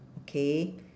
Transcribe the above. okay